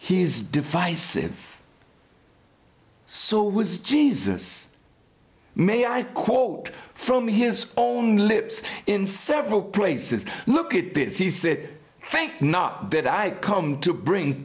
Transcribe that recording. he's divisive so was jesus may i quote from his own lips in several places look at this he said not that i come to bring